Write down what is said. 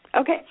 Okay